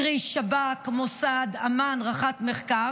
קרי שב"כ, מוסד, אמ"ן רח"ט מחקר,